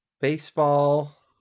Baseball